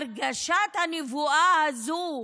הרגשת הנבואה הזאת,